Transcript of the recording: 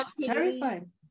terrifying